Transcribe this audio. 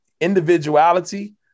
individuality